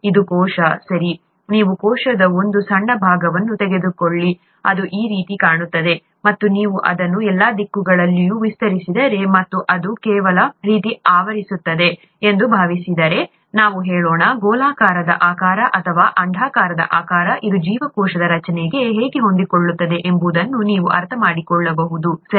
ಇದು ಕೋಶ ಸರಿ ನೀವು ಕೋಶದ ಒಂದು ಸಣ್ಣ ಭಾಗವನ್ನು ತೆಗೆದುಕೊಳ್ಳಿ ಅದು ಈ ರೀತಿ ಕಾಣುತ್ತದೆ ಮತ್ತು ನೀವು ಅದನ್ನು ಎಲ್ಲಾ ದಿಕ್ಕುಗಳಲ್ಲಿಯೂ ವಿಸ್ತರಿಸಿದರೆ ಮತ್ತು ಅದು ಕೆಲವು ರೀತಿ ಆವರಿಸುತ್ತದೆ ಎಂದು ಭಾವಿಸಿದರೆ ನಾವು ಹೇಳೋಣ ಗೋಲಾಕಾರದ ಆಕಾರ ಅಥವಾ ಅಂಡಾಕಾರದ ಆಕಾರ ಇದು ಜೀವಕೋಶದ ರಚನೆಗೆ ಹೇಗೆ ಹೊಂದಿಕೊಳ್ಳುತ್ತದೆ ಎಂಬುದನ್ನು ನೀವು ಅರ್ಥಮಾಡಿಕೊಳ್ಳಬಹುದು ಸರಿ